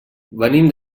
venim